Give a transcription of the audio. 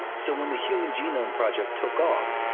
so when the human genome project took off,